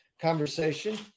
conversation